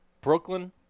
Brooklyn